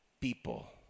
People